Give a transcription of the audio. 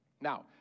Now